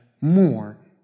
more